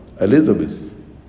Elizabeth